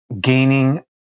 gaining